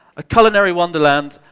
a culinary wonderland,